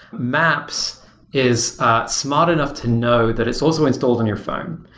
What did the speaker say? maps is smart enough to know that it's also installed on your phone.